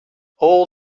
all